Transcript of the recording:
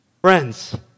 friends